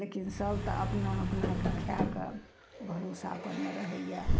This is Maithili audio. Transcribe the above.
लेकिन सभ तऽ अपना अपनाके खाइके भरोसापर मे रहैए